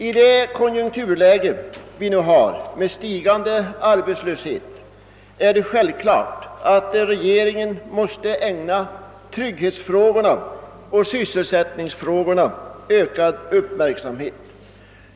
I det konjukturläge vi nu har med stigande arbetslöshet är det självklart att regeringen måste ägna trygghetsfrågorna och sysselsättningsfrågorna ökad uppmärksamhet.